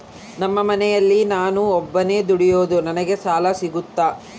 ನಮ್ಮ ಮನೆಯಲ್ಲಿ ನಾನು ಒಬ್ಬನೇ ದುಡಿಯೋದು ನನಗೆ ಸಾಲ ಸಿಗುತ್ತಾ?